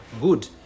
good